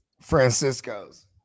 Francisco's